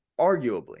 arguably